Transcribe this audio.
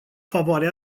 favoarea